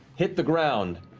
hit the ground.